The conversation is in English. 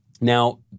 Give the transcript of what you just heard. Now